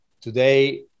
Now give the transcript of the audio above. today